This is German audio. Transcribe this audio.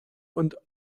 und